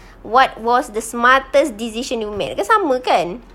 what was the smartest decision you made dekat sama kan